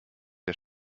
der